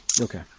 okay